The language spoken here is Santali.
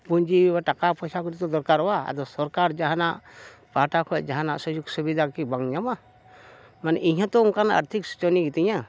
ᱯᱩᱸᱡᱤ ᱴᱟᱠᱟ ᱯᱚᱭᱥᱟ ᱠᱚᱫᱚ ᱫᱚᱨᱠᱟᱨᱚᱜᱼᱟ ᱟᱫᱚ ᱥᱚᱨᱠᱟᱨ ᱡᱟᱦᱟᱱᱟᱜ ᱯᱟᱦᱴᱟ ᱠᱷᱚᱡ ᱡᱟᱦᱟᱱᱟᱜ ᱥᱩᱡᱳᱜᱽ ᱥᱩᱵᱤᱫᱷᱟ ᱠᱤ ᱵᱟᱝ ᱧᱟᱢᱚᱜᱼᱟ ᱢᱟᱱᱮ ᱤᱧ ᱦᱚᱸᱛᱚ ᱚᱱᱠᱟᱱ ᱟᱨᱛᱷᱤᱠ ᱥᱳᱪᱚᱱᱤᱭᱚ ᱜᱮᱛᱤᱧᱟ